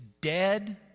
dead